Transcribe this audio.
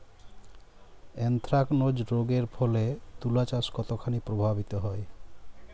Anthracnose রোগ এর ফলে তুলাচাষ কতখানি প্রভাবিত হয়?